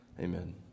amen